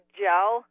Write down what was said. gel